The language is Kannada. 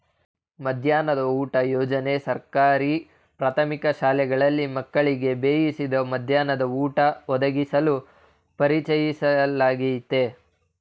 ಮಧ್ಯಾಹ್ನದ ಊಟ ಯೋಜನೆ ಸರ್ಕಾರಿ ಪ್ರಾಥಮಿಕ ಶಾಲೆಗಳಲ್ಲಿ ಮಕ್ಕಳಿಗೆ ಬೇಯಿಸಿದ ಮಧ್ಯಾಹ್ನ ಊಟ ಒದಗಿಸಲು ಪರಿಚಯಿಸ್ಲಾಗಯ್ತೆ